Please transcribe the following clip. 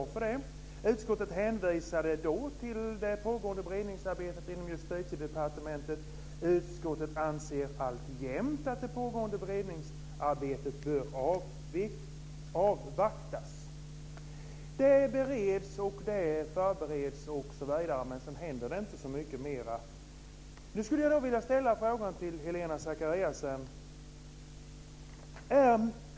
Vidare skriver man: "Utskottet hänvisade till det redan då pågående beredningsarbetet inom Justitiedepartementet. Utskottet anser alltjämt att det pågående beredningsarbetet bör avvaktas." Det bereds, och det förbereds, men sedan händer det inte så mycket mer. Nu skulle jag vilja ställa en fråga till Helena Zakariasén.